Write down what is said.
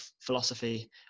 philosophy